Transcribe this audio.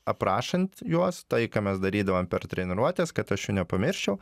aprašant juos tai ką mes darydavom per treniruotes kad aš jų nepamirščiau